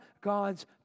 God's